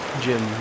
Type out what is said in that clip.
Jim